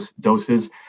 doses